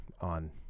on